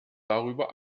darüber